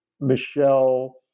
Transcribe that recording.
Michelle